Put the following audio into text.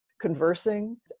conversing